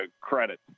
credit